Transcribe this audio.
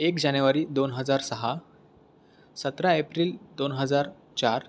एक जानेवारी दोन हजार सहा सतरा एप्रिल दोन हजार चार